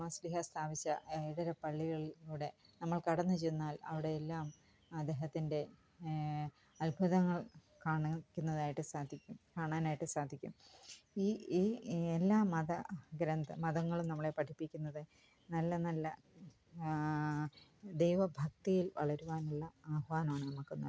തോമാസ്ലീഹ സ്ഥാപിച്ച ഏഴര പള്ളികളിലൂടെ നമ്മള് കടന്ന് ചെന്നാല് അവിടെ എല്ലാം അദ്ദേഹത്തിന്റെ അത്ഭുതങ്ങള് കാണിക്കുന്നതായിട്ട് സാധിക്കും കാണാനായിട്ട് സാധിക്കും ഈ ഈ എല്ലാ മത ഗ്രന്ഥ മതങ്ങളും നമ്മളെ പഠിപ്പിക്കുന്നത് നല്ല നല്ല ദൈവ ഭക്തിയില് വളരുവാനുള്ള ആഹ്വാനമാണ് നമ്മൾക്ക് നല്കുന്നത്